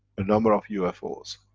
a number of ufo's.